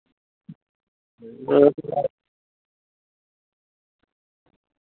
हां